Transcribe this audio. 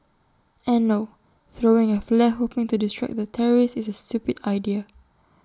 and no throwing A flare hoping to distract the terrorist is A stupid idea